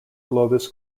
globus